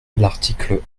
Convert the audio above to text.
l’article